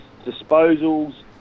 disposals